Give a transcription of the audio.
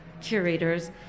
curators